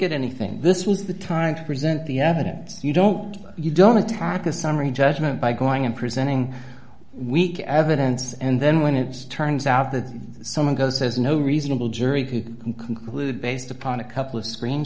at anything this was the time to present the evidence you don't you don't attack a summary judgment by going in presenting weak evidence and then when it turns out that someone goes says no reasonable jury could conclude based upon a couple of screen